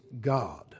God